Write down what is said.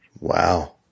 Wow